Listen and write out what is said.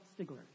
Stigler